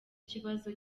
kibazo